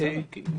בסדר.